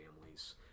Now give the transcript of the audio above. families